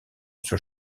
sur